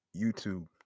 YouTube